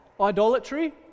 Idolatry